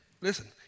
Listen